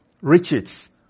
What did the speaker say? Richards